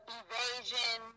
evasion